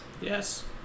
Yes